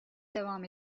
devam